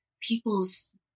people's